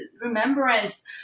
remembrance